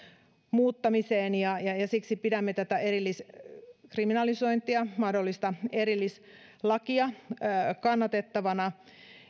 muuttamiseen ja siksi pidämme tätä erilliskriminalisointia mahdollista erillislakia kannatettavana